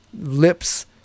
lips